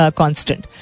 constant